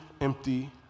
empty